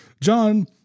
John